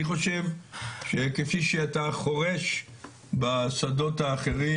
אני חושב שכפי שאתה חורש בשדות האחרים,